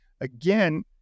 again